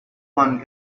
one